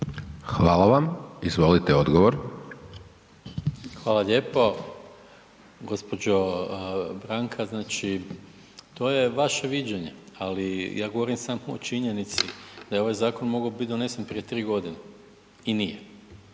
**Maras, Gordan (SDP)** Hvala lijepo gđo. Branka. Znači to je vaše viđenje, ali ja govorim samo o činjenici da je ovaj zakon mogao biti donesen prije 3 godine i nije.